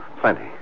Plenty